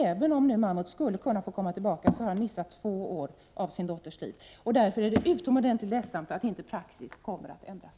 Även om nu Mahmut skulle få komma tillbaka, har han missat två år av sin dotters liv. Därför är det utomordentligt ledsamt att inte praxis kommer att ändras.